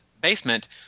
basement